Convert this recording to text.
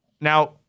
Now